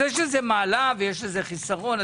יש לזה מעלה ויש לזה חיסרון,